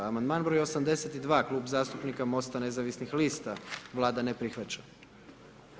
Amandman broj 82., Klub zastupnika MOST-a nezavisnih lista, Vlada ne prihvaća.